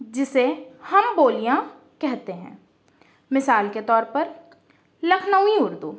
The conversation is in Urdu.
جسے ہم بولیاں کہتے ہیں مثال کے طور پر لکھنوی اردو